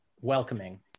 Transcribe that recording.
welcoming